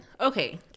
okay